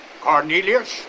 Cornelius